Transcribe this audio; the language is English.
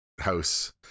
house